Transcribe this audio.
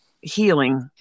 healing